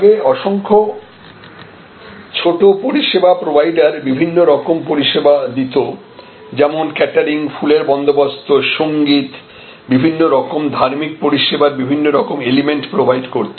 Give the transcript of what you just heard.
আগে অসংখ্য ছোট পরিষেবা প্রোভাইডার বিভিন্ন রকম পরিষেবা দিত যেমন ক্যাটারিং ফুলের বন্দোবস্ত সঙ্গীত বিভিন্ন রকম ধার্মিক পরিষেবার বিভিন্ন রকম এলিমেন্ট প্রোভাইড করত